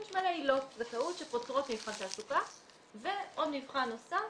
יש מלא עילות --- שפוטרות ממבחן התעסוקה ו/או מבחן נוסף,